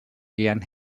ian